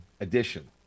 edition